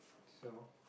so